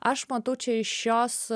aš matau čia iš šios